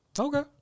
Okay